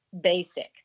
basic